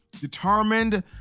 determined